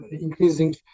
increasing